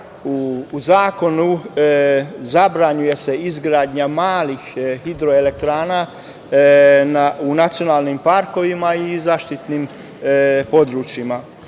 u zakonu zabranjuje izgradnja malih hidroelektrana u nacionalnim parkovima i zaštićenim područjima.